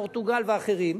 פורטוגל ואחרים.